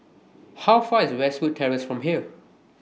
How Far away IS Westwood Terrace from here